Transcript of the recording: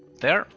there